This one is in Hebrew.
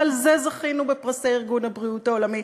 ועל זה זכינו בפרסי ארגון הבריאות העולמי.